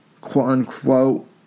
Quote-unquote